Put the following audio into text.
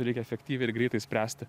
reikia efektyviai ir greitai spręsti